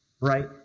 right